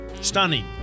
Stunning